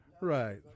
Right